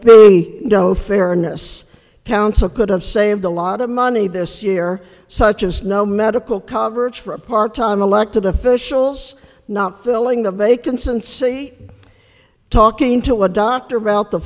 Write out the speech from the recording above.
be no fairness council could have saved a lot of money this year such as no medical coverage for a part time elected officials not filling the bacon cincy talking to a doctor about the